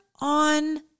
on